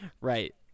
Right